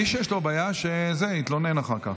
מי שיש לו בעיה, שיתלונן אחר כך.